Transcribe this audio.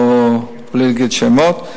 בלי להגיד שמות.